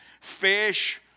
fish